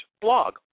blog